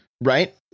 right